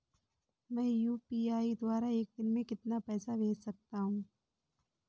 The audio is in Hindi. मैं यू.पी.आई द्वारा एक दिन में कितना पैसा भेज सकता हूँ?